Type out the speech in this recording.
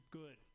good